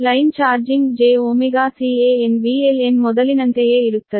line charging jωCanVLN ಮೊದಲಿನಂತೆಯೇ ಇರುತ್ತದೆ